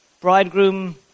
bridegroom